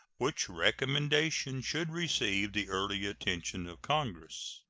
which recommendation should receive the early attention of congress.